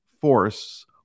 force